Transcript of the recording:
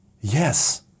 Yes